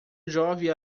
jovem